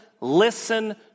listen